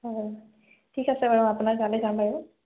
অঁ ঠিক আছে বাৰু আপোনাৰ তালৈয়ে যাম বাৰু